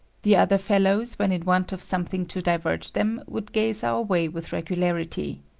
the other fellows, when in want of something to divert them, would gaze our way with regularity.